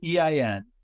EIN